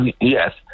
Yes